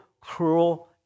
cruel